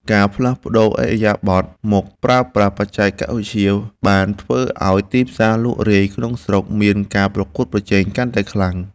ការផ្លាស់ប្តូរឥរិយាបថមកប្រើប្រាស់បច្ចេកវិទ្យាបានធ្វើឱ្យទីផ្សារលក់រាយក្នុងស្រុកមានការប្រកួតប្រជែងកាន់តែខ្លាំង។